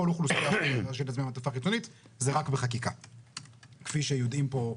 כפי שיודעים פה,